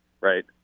right